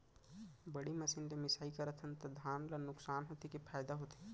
बड़ी मशीन ले मिसाई करथन त धान ल नुकसान होथे की फायदा होथे?